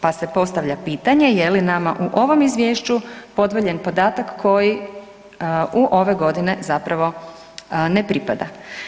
Pa se postavlja pitanje je li nama u ovom Izvješću podvaljen podatak koji u ove godine zapravo ne pripada?